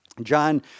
John